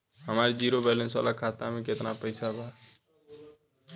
हमार zero balance वाला खाता में केतना पईसा बा?